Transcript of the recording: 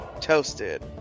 Toasted